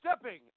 stepping